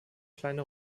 kleine